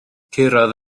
curodd